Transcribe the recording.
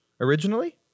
Originally